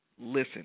listen